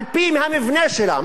על-פי המבנה שלה,